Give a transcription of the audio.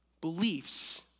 Beliefs